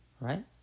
Right